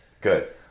Good